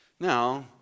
Now